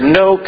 no